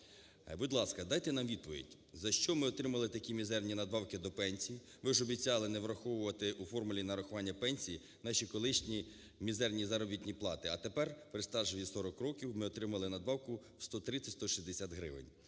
Будь ласка, давайте нам відповідь, за що ми отримали такі мізерні надбавки до пенсії. Ви ж обіцяли не враховувати у формулі нарахування пенсії наші колишні мізерні заробітні плати, а тепер при стажу 40 років ми отримали надбавку 130-160 гривень.